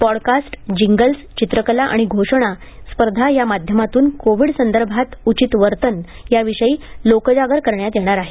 podcast jingles चित्रकला आणि घोषणा स्पर्धा या माध्यमातून कोविड संदर्भात उचित वर्तन या विषयी लोकजागर करण्यात येणार आहे